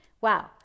Wow